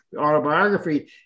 autobiography